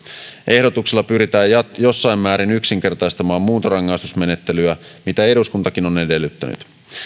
ehdotuksilla pyritään jossain määrin yksinkertaistamaan muuntorangaistusmenettelyä mitä eduskuntakin on edellyttänyt